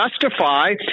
justify